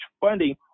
funding